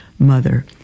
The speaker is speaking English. mother